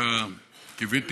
דווקא קיוויתי